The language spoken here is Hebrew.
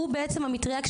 שהוא בעצם המטריה.